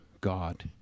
God